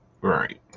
Right